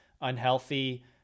unhealthy